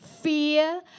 fear